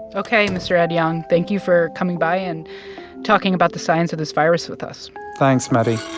ok, mr. ed yong. thank you for coming by and talking about the science of this virus with us thanks, maddie